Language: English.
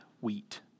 wheat